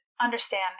understand